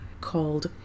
called